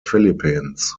philippines